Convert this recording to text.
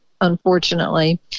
unfortunately